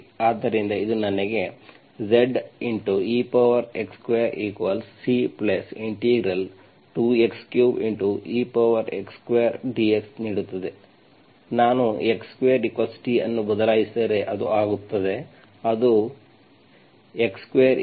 ಆದ್ದರಿಂದ ಇದು ನನಗೆ Zex2C 2 x3ex2dx ನೀಡುತ್ತದೆ ನಾನು x2t ಅನ್ನು ಬದಲಾಯಿಸಿದರೆ ಇದು ಆಗುತ್ತದೆ ಅದು ಆಗುತ್ತದೆ x2t ಅನ್ನು ಆಯ್ಕೆ ಮಾಡಿ